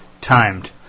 timed